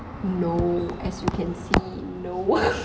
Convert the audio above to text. no as you can see no